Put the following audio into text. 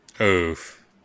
Oof